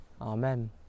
amen